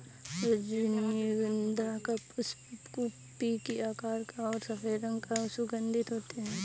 रजनीगंधा का पुष्प कुप्पी के आकार का और सफेद रंग का सुगन्धित होते हैं